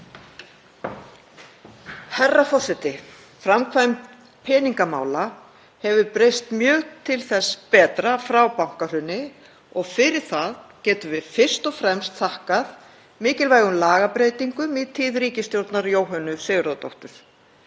Herra forseti. Framkvæmd peningamála hefur breyst mjög til hins betra frá bankahruni og fyrir það getum við fyrst og fremst þakkað mikilvægum lagabreytingum í tíð ríkisstjórnar Jóhönnu Sigurðardóttur.